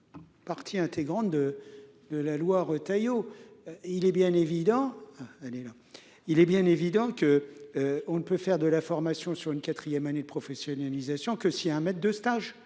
de la proposition de loi de M. Retailleau. Il est bien évident que l'on ne peut faire de la formation sur une quatrième année de professionnalisation que s'il y a un maître de stage